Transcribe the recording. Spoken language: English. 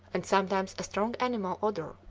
and sometimes a strong animal odor,